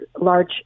large